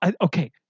okay